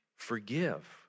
Forgive